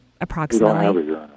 approximately